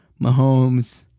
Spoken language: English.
Mahomes